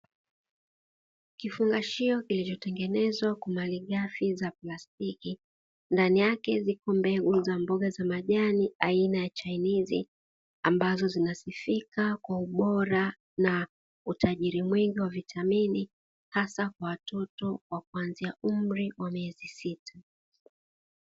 Kifungashio kilichotengenezwa kwa malighafi za plastiki ndani yake ziko mbegu za mboga za majani aina ya chainizi, ambazo zinasifika kwa ubora na utajiri mwingi wa vitamini hasa kwa watoto wa kuanzia umri wa miezi sita.